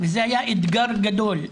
וזה היה אתגר גדול,